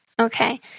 Okay